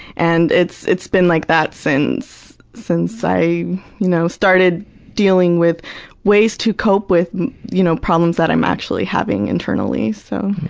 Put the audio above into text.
and it's it's been like that since since i you know started dealing with ways to cope with you know problems that i'm actually having internally, so,